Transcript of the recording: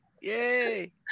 yay